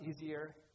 easier